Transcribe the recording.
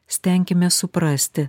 stenkimės suprasti